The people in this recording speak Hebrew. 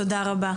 תודה רבה.